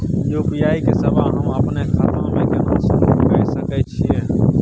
UPI के सेवा हम अपने खाता म केना सुरू के सके छियै?